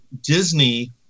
Disney